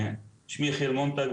שמי יחיאל מונטג,